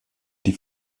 die